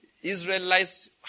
Israelites